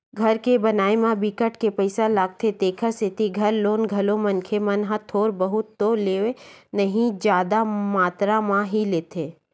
घर के बनाए म बिकट के पइसा लागथे तेखर सेती घर लोन घलो मनखे मन ह थोर बहुत तो लेवय नइ जादा मातरा म ही लेथे